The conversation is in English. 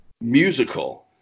musical